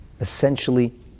essentially